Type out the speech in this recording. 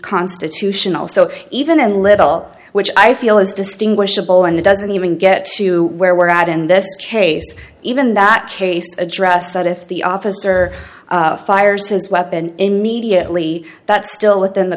constitutional so even in little which i feel is distinguishable and it doesn't even get to where we're at in this case even that case address that if the officer fires his weapon immediately that's still within the